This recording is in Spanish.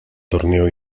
torneo